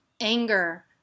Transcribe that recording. anger